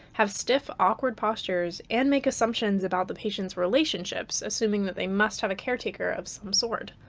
have stiff awkward postures, and make assumptions about the patients' relationships, assuming that they must have a caretaker of some sort.